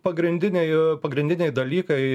pagrindiniai pagrindiniai dalykai